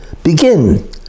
Begin